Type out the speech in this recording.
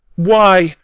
why,